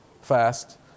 fast